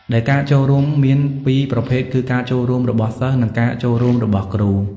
ដែលការចូលរួមមានពីរប្រភេទគឺការចូលរួមរបស់សិស្សនិងការចូលរួមរបស់គ្រូ។